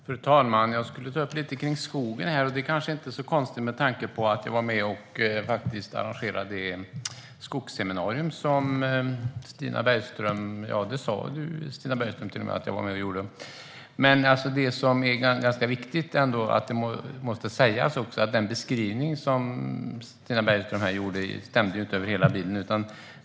Fru talman! Jag ska ta upp lite frågor om skogen. Det kanske inte är så konstigt med tanke på att jag var med och arrangerade ett skogsseminarium. Stina Bergström sa till och med att jag var med om att göra det. Men det måste sägas att den beskrivning som Stina Bergström här gjorde inte stämde över hela bilden.